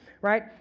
right